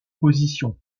position